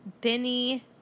Benny